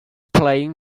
playing